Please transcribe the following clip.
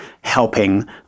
helping